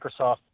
Microsoft